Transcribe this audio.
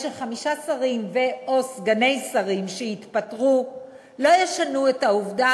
הרי שחמישה שרים ו/או סגני שרים שיתפטרו לא ישנו את העובדה